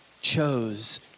chose